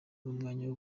n’umwanya